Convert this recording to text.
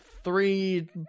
three